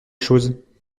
choses